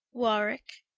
warwicke,